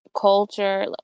culture